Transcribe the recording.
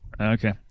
Okay